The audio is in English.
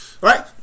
right